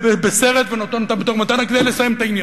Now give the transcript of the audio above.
בסרט ונותן אותם בתור מתנה כדי לסיים את העניין.